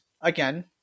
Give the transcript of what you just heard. Again